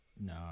No